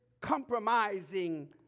compromising